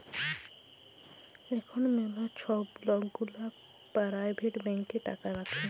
এখল ম্যালা ছব লক গুলা পারাইভেট ব্যাংকে টাকা রাখে